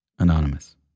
anonymous